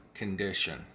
condition